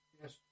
Yes